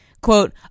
quote